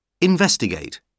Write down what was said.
Investigate